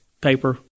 paper